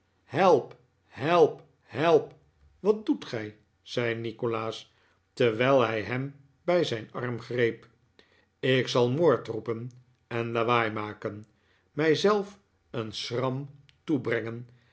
help help help wat doet gij zei nikolaas terwijl hij hem bij zijn arm greep ik zal moord roepen en lawaai maken mij zelf een schram toebrengen